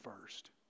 first